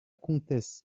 comtesse